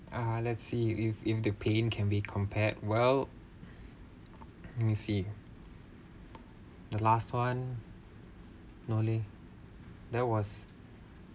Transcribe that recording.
uh let's see if if the pain can be compared well let me see the last one no leh there was